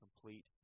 complete